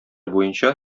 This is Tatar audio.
буенча